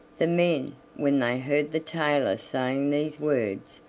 the men, when they heard the tailor saying these words,